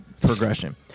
progression